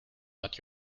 but